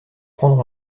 prendre